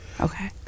Okay